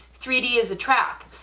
three d is a trap,